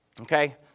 okay